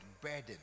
burden